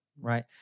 Right